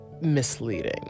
misleading